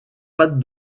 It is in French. pâte